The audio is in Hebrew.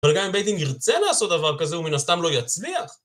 אבל גם אם בית דין ירצה לעשות דבר כזה, הוא מן הסתם לא יצליח.